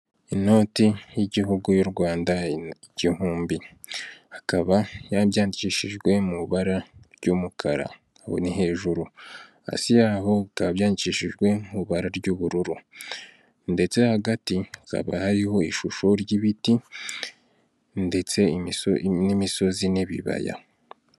Inoti y'igihugu y'u Rwanda igihumbi, akaba ryayandikishijwe mu ibara ry'umukara ni hejuru. Hasi yaho ikaba byagishijwe mwibara ry'ubururu, ndetse hagati hazaba hariho ishusho ry'ibiti ndetse n'imisozi n'ibibaya.